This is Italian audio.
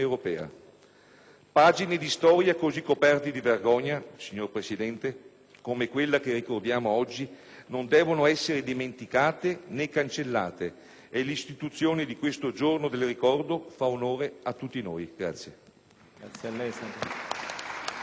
Pagine di storia così coperte di vergogna, signor Presidente, come quella che ricordiamo oggi, non devono essere dimenticate né cancellate e l'istituzione di questo Giorno del ricordo fa onore a tutti noi. *(Applausi dai